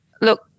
look